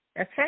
Okay